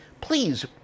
please